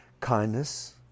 Kindness